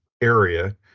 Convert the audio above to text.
area